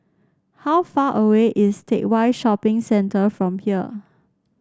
how far away is Teck Whye Shopping Centre from here